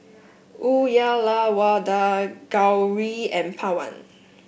Uyyalawada Gauri and Pawan